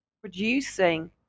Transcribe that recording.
producing